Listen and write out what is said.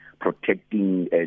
protecting